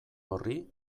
horri